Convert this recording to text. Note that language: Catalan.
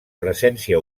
presència